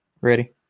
Ready